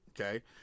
okay